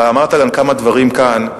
אתה אמרת כמה דברים כאן,